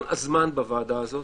כל הזמן בוועדה הזאת